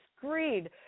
greed